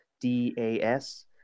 D-A-S